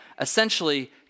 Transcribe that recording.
essentially